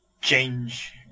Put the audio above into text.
change